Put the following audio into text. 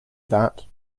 that